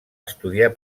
estudiar